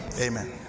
Amen